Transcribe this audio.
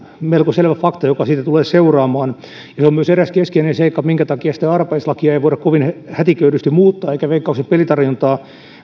melko selvä fakta joka siitä tulee seuraamaan se on myös eräs keskeinen seikka minkä takia sitä arpajaislakia ei voida kovin hätiköidysti muuttaa eikä veikkauksen pelitarjontaa